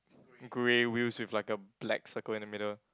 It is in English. grey wheels with like a black circle in the middle